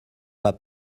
pas